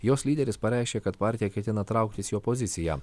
jos lyderis pareiškė kad partija ketina trauktis į opoziciją